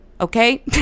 Okay